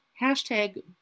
hashtag